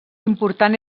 important